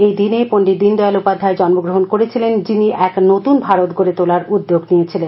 এই দিনে পণ্ডিত দীনদয়াল উপাধ্যায় জন্মগ্রহণ করেছিলেন যিনি এক নতুন ভারত গডে তোলার উদ্যোগ নিয়েছিলেন